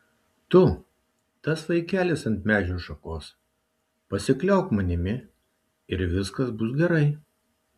tu tas vaikelis ant medžio šakos pasikliauk manimi ir viskas bus gerai